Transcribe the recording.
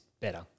better